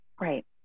Right